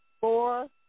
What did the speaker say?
four